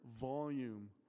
volume